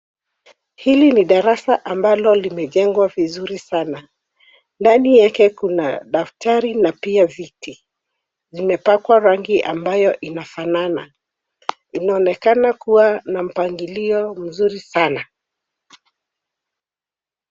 Hili ni darasa ambalo limejengwa vizuri sana. Ndani yake kuna daftari na pia viti. Zimepakwa rangi ambayo inafanana. Inaonekana kuwa na mpangilio mzuri sana.